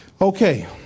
Okay